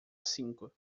cinco